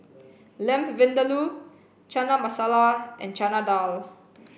Lamb Vindaloo Chana Masala and Chana Dal